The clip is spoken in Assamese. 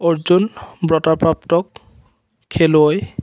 অৰ্জুন বঁটাপ্ৰাপ্তক খেলুৱৈ